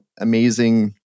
amazing